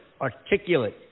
articulate